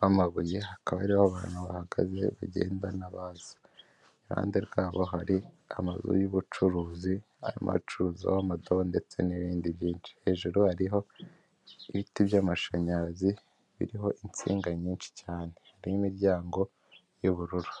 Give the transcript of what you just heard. w'amabuye, hakaba hariho abantu bahagaze, abagenda n'abaza, iruhande rwabo hari amazu y'ubucuruzi arimo acuruzaho amadobo ndetse n'ibindi byinshi, hejuru hariho ibiti by'amashanyarazi birimo insinga nyinshi cyane n'imiryango y'ubururu.